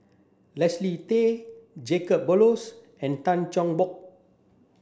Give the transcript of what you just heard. Leslie Tay Jacob Ballas and Tan Cheng Bock